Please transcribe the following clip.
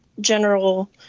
general